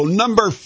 number